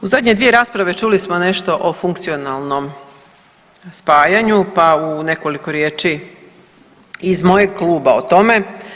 U zadnje 2 rasprave čuli smo nešto o funkcionalnom spajanju pa u nekoliko riječi iz mojeg kluba o tome.